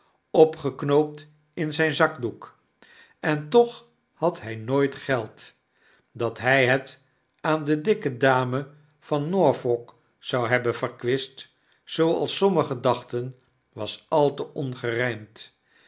opgeknoopt in zyn zakdoek en toch had hij nooit geld dat hij het aan de dikke dame van norfolk zou hebben verkwist zooals sommigen dachten was al te ongerymd